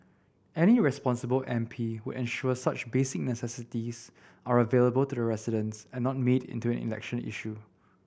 any responsible M P would ensure such basic necessities are available to the residents and not made into an election issue